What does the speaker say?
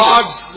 God's